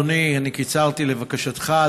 אדוני, אני קיצרתי, לבקשתך.